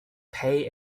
pay